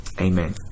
Amen